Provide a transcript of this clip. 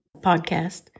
podcast